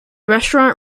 restaurant